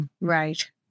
Right